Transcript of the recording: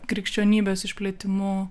krikščionybės išplėtimu